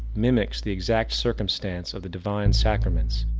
mimics the exact circumstances of the divine sacraments.